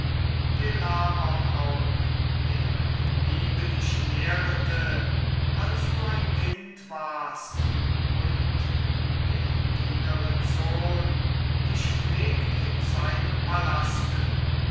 auch der in liebe dich nährete als du ein kind warst und der dienerin sohn dich pflegt in seinem palaste